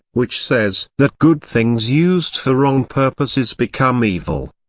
which says that good things used for wrong purposes become evil.